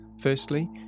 Firstly